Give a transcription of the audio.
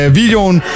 videoen